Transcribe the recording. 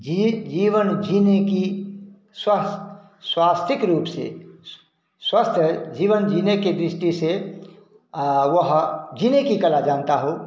जी जीवन जीने की स्वस्थ स्वास्तिक रूप से स्वस्थ जीवन जीने के दृष्टि से वह जीने की कला जानता हो